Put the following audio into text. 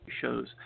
shows